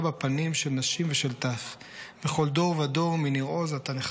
בפנים של נשים ושל טף / בכל דור ודור מניר עוז אתה נחטף.